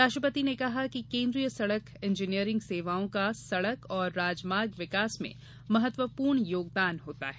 राष्ट्रपति ने कहा कि केन्द्रीय सड़क इंजीनियरिंग सेवाओं का सड़क और राजमार्ग विकास में महत्वपूर्ण योगदान होता है